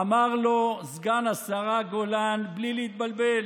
אמר לו סגן השרה גולן, בלי להתבלבל: